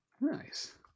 Nice